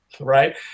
right